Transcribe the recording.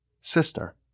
sister